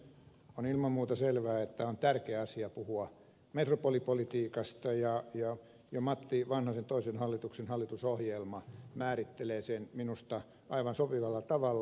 on ilman muuta selvää että on tärkeä asia puhua metropolipolitiikasta ja matti vanhasen toisen hallituksen hallitusohjelma määrittelee sen minusta aivan sopivalla tavalla